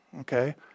Okay